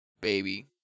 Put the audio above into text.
Baby